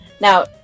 Now